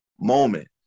moment